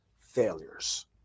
failures